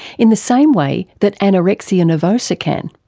in the same way that anorexia nervosa can.